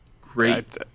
Great